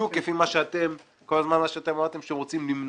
בדיוק מה שכל הזמן אמרתם שאתם רוצים למנוע.